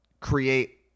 create